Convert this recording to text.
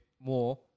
more